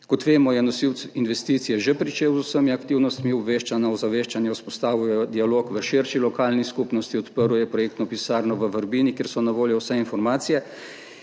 Kot vemo, je nosilec investicije že pričel z vsemi aktivnostmi obveščanja, ozaveščanja, vzpostavil je dialog v širši lokalni skupnosti, odprl je projektno pisarno v Vrbini, kjer so na voljo vse informacije,